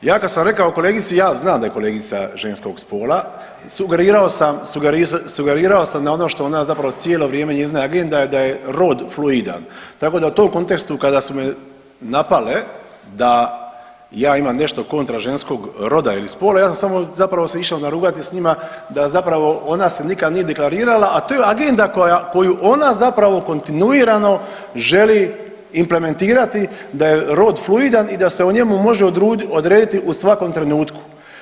Ja kad sam rekao kolegici ja znam da je kolegica ženskog spola, sugerirao sam na ono što ona zapravo cijelo vrijeme njezina je agenda da je rod fluidan, tako da u tom kontekstu kada su me napale da ja imam nešto kontra ženskog roda ili spola ja sam samo zapravo se išao narugati s njima da ona se nikada nije deklarirala, a to je agenda koju ona zapravo kontinuirano želi implementirati da je rod fluidan i da se o njemu može odrediti u svakom trenutku.